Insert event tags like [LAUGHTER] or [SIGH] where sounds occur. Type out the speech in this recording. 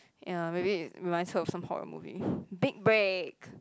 ya maybe it reminds her of some horror movie [BREATH] big break